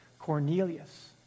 Cornelius